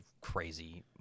crazy